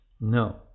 no